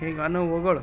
हे गाणं वगळ